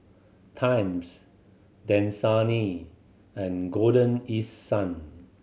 Times Dasani and Golden East Sun